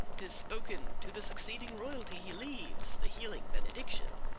tis spoken to the succeeding royalty he leaves the healing benediction.